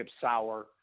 sour